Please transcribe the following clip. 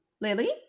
Lily